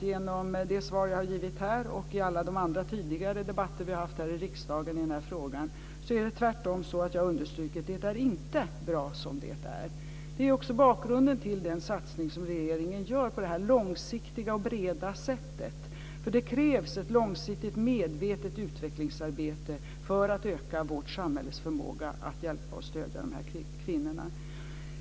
Genom det svar jag har givit här och i alla andra tidigare debatter vi har haft här i riksdagen i den här frågan har jag tvärtom understrukit: Det är inte bra som det är. Det är också bakgrunden till den satsning som regeringen gör på det här långsiktiga och breda sättet. Det krävs ett långsiktigt medvetet utvecklingsarbete för att öka vårt samhälles förmåga att hjälpa och stödja de här kvinnorna.